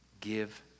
Give